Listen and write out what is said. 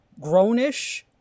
Grownish